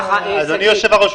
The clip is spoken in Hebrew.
אדוני היושב ראש,